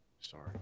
sorry